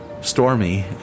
Stormy